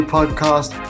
podcast